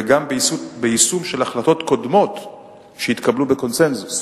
וגם ביישום של החלטות קודמות שהתקבלו בקונסנזוס.